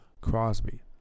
Crosby